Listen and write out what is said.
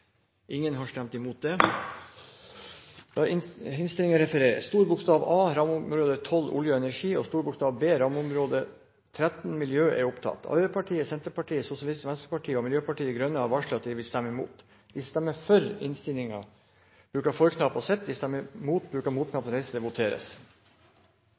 Ingen har stemt imot det. Komiteens hadde innstilt: A Rammeområde 12 Arbeiderpartiet, Senterpartiet, Sosialistisk Venstreparti og Miljøpartiet De Grønne har varslet at de vil stemme imot.